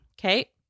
Okay